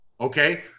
okay